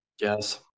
Yes